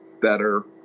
better